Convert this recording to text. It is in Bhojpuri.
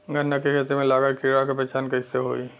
गन्ना के खेती में लागल कीड़ा के पहचान कैसे होयी?